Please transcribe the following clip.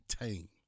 tame